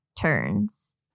turns